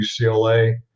UCLA